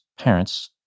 Parents